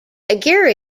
aguirre